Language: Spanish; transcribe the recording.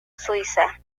suiza